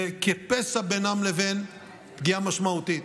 וכפסע בינם לבין פגיעה משמעותית.